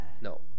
No